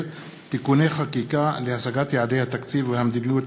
(תיקוני חקיקה להשגת יעדי התקציב והמדיניות